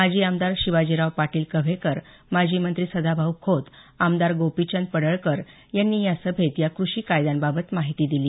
माजी आमदार शिवाजीराव पाटील कव्हेकर माजी मंत्री सदाभाऊ खोत आमदार गोपीचंद पडळकर यांनी या सभेत या कृषी कायद्यांबाबत माहिती दिली